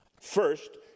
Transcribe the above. First